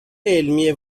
علمی